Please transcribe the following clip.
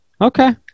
Okay